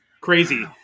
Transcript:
crazy